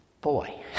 Boy